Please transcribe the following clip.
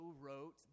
wrote